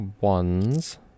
ones